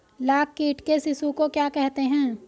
लाख कीट के शिशु को क्या कहते हैं?